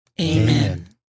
Amen